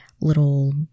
little